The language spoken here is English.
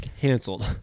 Cancelled